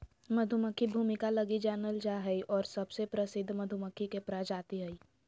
मधुमक्खी भूमिका लगी जानल जा हइ और सबसे प्रसिद्ध मधुमक्खी के प्रजाति हइ